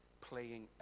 playing